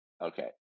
okay